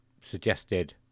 suggested